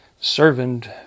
servant